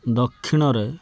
ଦକ୍ଷିଣରେ